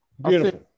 Beautiful